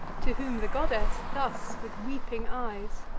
to whom the goddess thus, with weeping eyes